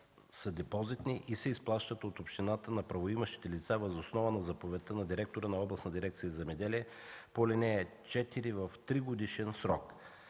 са депозитни и се изплащат от общината на правоимащите лица въз основа на заповедта на директора на Областна дирекция „Земеделие” по ал. 4 в 3-годишен срок.